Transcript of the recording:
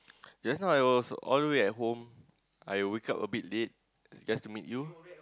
just now I was all the way at home I wake up a bit late just to meet you